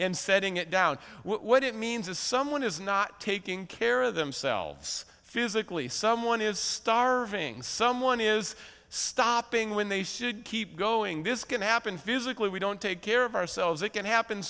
and setting it down what it means is someone is not taking care of themselves physically someone is starving someone is stopping when they should keep going this can happen physically we don't take care of ourselves it can happen